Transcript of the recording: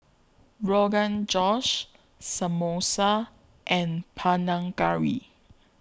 Rogan Josh Samosa and Panang Curry